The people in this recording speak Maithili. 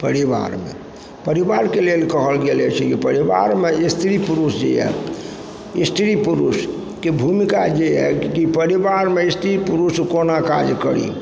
परिवारमे परिवारके लेल कहल गेल अछि कि परिवारमे स्त्री पुरूष जे यऽ स्त्री पुरूषके भूमिका जे अछि परिवारमे स्त्री पुरूष कोना काज करी